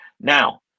Now